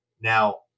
Now